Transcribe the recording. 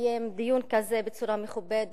לקיים דיון כזה בצורה מכובדת,